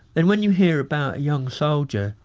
and when you hear about a young soldier,